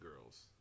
girls